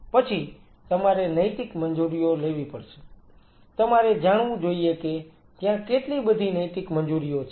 પછી તમારે નૈતિક મંજૂરીઓ લેવી પડશે તમારે જાણવું જોઈએ કે ત્યાં કેટલી બધી નૈતિક મંજૂરીઓ છે